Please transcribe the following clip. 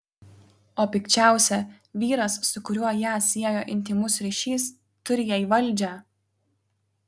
o pikčiausia vyras su kuriuo ją siejo intymus ryšys turi jai valdžią